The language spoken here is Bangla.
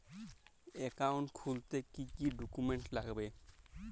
অ্যাকাউন্ট খুলতে কি কি ডকুমেন্ট লাগবে?